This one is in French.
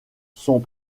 sont